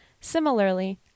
Similarly